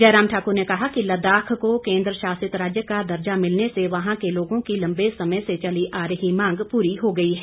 जयराम ठाकुर ने कहा कि लद्दाख को केन्द्र शासित राज्य का दर्जा मिलने से वहां के लोगों की लंबे समय से चली आ रही मांग पूरी हो गई है